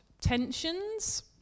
tensions